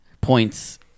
points